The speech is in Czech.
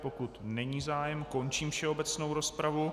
Pokud není zájem, končím všeobecnou rozpravu.